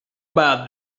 about